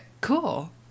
Cool